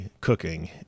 cooking